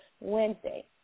Wednesday